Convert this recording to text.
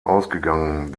ausgegangen